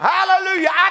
Hallelujah